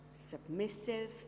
submissive